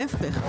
להפך.